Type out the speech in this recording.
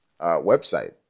website